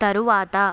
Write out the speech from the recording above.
తరువాత